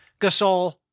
Gasol